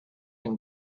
and